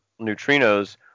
neutrinos